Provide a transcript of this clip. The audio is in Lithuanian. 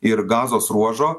ir gazos ruožo